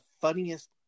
funniest